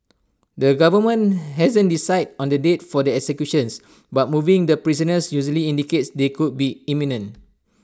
the government hasn't decided on the date for the executions but moving the prisoners usually indicates they could be imminent